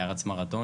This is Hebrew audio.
היה רץ מרתונים.